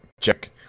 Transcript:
check